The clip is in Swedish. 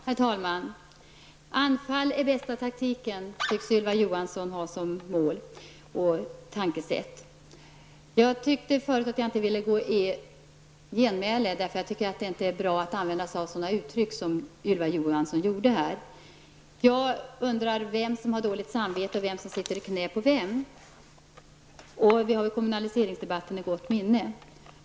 Herr talman! Anfall är bästa försvar, tycks Ylva Johansson ha som rättesnöre och mål. Jag vill egentligen inte gå in i genmäle, eftersom jag inte anser att det är bra att använda sig av sådana uttryck som Ylva Johansson här gjorde. Jag undrar vem som har dåligt samvete och sitter i knä på vem. Vi har ju kommunaliseringsdebatten i gott minne.